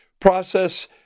process